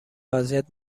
اذیت